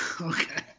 Okay